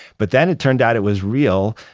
but then it turned out it was real.